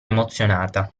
emozionata